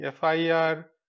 FIR